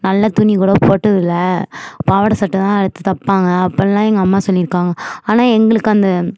நல்ல துணி கூட போட்டது இல்லை பாவாடை சட்டைதான் எடுத்து தைப்பாங்க அப்பிடிலாம் எங்கள் அம்மா சொல்லி இருக்காங்க ஆனால் எங்களுக்கு அந்த